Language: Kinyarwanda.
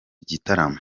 gitaramo